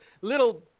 little